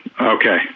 Okay